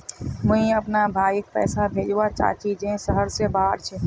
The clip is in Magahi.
मुई अपना भाईक पैसा भेजवा चहची जहें शहर से बहार छे